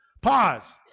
Pause